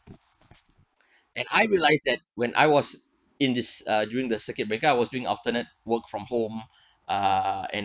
and I realize that when I was in this uh during the circuit breaker I was doing alternate work from home uh and